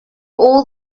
all